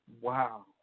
Wow